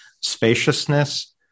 spaciousness